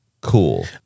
cool